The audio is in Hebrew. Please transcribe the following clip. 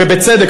ובצדק,